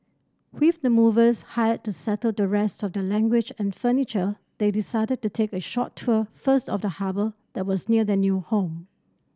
with the movers hired to settle the rest of their language and furniture they decided to take a short tour first of the harbour that was near their new home